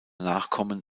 nachkommen